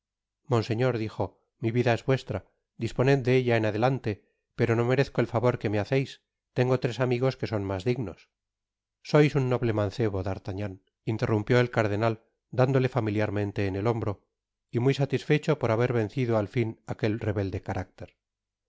monseñor dijo mi vida es vuestra disponed de ella en adelante pero content from google book search generated at do merezco el favor que me haceis tengo tres amigos que son mas dignos sois un noble mancebo d'artagnan interrumpió el cardenal dándole familiarmente en el hombro y muy satisfecho por haber vencido al fin aquel rebelde carácter